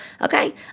Okay